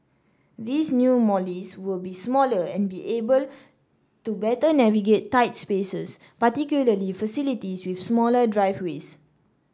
these new Mollies will be smaller and be able to better navigate tight spaces particularly facilities with smaller driveways